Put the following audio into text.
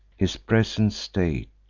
his present state,